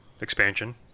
expansion